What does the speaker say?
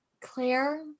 Claire